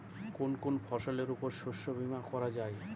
কোন কোন ফসলের উপর শস্য বীমা করা যায়?